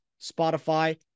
Spotify